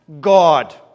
God